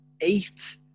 eight